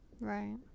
right